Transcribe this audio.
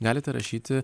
galite rašyti